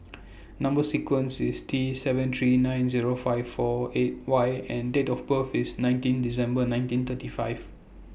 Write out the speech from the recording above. Number sequence IS T seven three nine Zero five four eight Y and Date of birth IS nineteen December nineteen thirty five